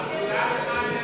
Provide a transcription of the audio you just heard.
מה תעשה הבית היהודי?